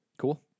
Cool